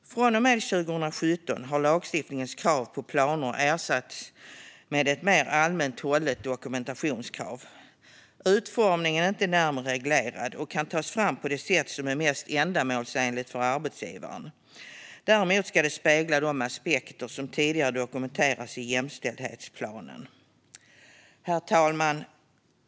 Från och med 2017 har lagstiftningens krav på planer ersatts med ett mer allmänt hållet dokumentationskrav. Utformningen är inte närmare reglerad och kan tas fram på det sätt som är mest ändamålsenligt för arbetsgivaren. Däremot ska den spegla de aspekter som tidigare dokumenterats i jämställdhetsplanen. Herr talman!